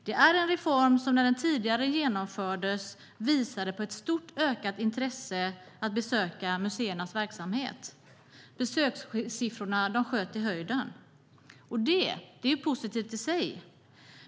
Detta är en reform som när den tidigare genomfördes visade på ett stort ökat intresse för att besöka museernas verksamhet. Besökssiffrorna sköt i höjden. Det är positivt i sig.